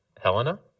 Helena